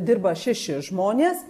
dirba šeši žmonės